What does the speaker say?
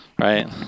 right